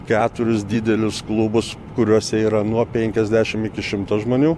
keturis didelius klubus kuriuose yra nuo penkiasdešimt iki šimto žmonių